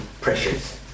pressures